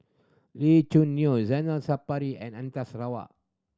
Lee Choo Neo Zainal Sapari and Anita Sarawak